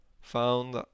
found